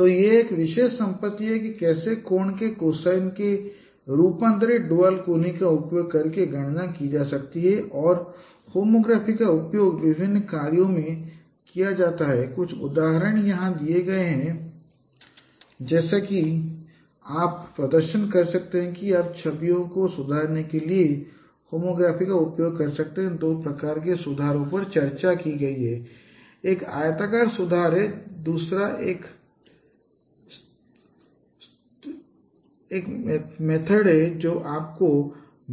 तो यह एक विशेष संपत्ति है कि कैसे कोण के कोसाइन को रूपांतरित ड्यूल कोनिक का उपयोग करके गणना की जा सकती है और होमोग्राफी9homography का उपयोग विभिन्न कार्यों में किया जाता है कुछ उदाहरण यहां दिए गए हैं जैसे कि आप प्रदर्शन कर सकते हैं कि आप छवियों को सुधारने के लिए होमोग्राफी का उपयोग कर सकते हैं दो प्रकार के सुधारों पर चर्चा की गई है एक आयताकार सुधार है दूसरा एक स्तरीकरण है जो आपको